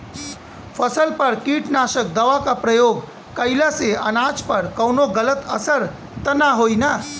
फसल पर कीटनाशक दवा क प्रयोग कइला से अनाज पर कवनो गलत असर त ना होई न?